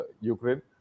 Ukraine